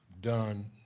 done